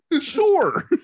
Sure